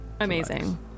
amazing